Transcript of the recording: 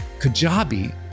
Kajabi